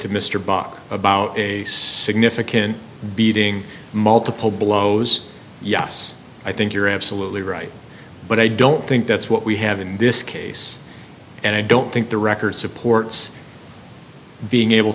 to mr bach about a significant beating multiple blows yes i think you're absolutely right but i don't think that's what we have in this case and i don't think the record supports being able